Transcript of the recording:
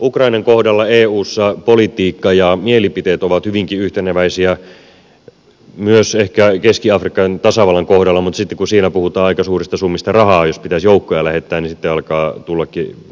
ukrainan kohdalla eussa politiikka ja mielipiteet ovat hyvinkin yhteneväisiä myös ehkä keski afrikan tasavallan kohdalla mutta sitten kun siinä puhutaan aika suurista summista rahaa jos pitäisi joukkoja lähettää niin alkaa tullakin vaikeuksia